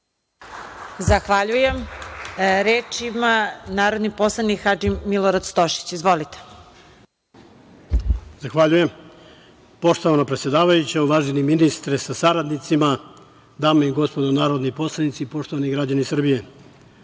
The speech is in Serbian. Zahvaljujem. Reč ima narodni poslanik Hadži Milorad Stošić. Izvolite. **Hadži Milorad Stošić** Zahvaljujem. Poštovana predsedavajuća, uvaženi ministre sa saradnicima, dame i gospodo narodni poslanici i poštovani građani Srbije,